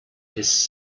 his